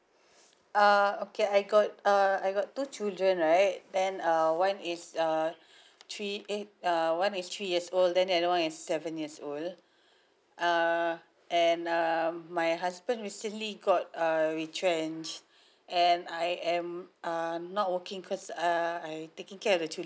uh okay I got uh I got two children right then uh one is uh three eh err one is three years old then another one is seven years old uh and um my husband recently got err retrenched and I am err not working cause uh I taking care of the children